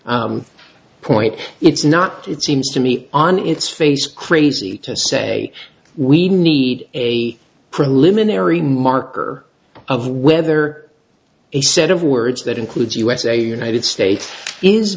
point it's not it seems to me on its face crazy to say we need a preliminary marker of whether a set of words that includes usa united states is